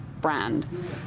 brand